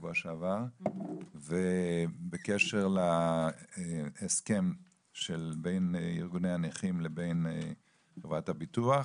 בשבוע שעבר בקשר להסכם שבין ארגוני הנכים לבין חברת הביטוח